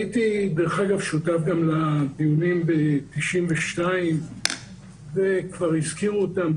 הייתי דרך אגב שותף גם לדיונים ב-92' וכבר הזכירו אותם,